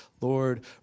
Lord